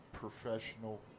professional